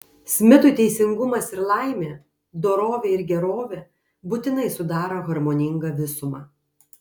smitui teisingumas ir laimė dorovė ir gerovė būtinai sudaro harmoningą visumą